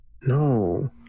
no